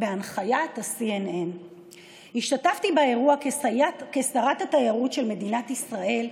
בהנחיית CNN. השתתפתי באירוע כשרת התיירות של מדינת ישראל,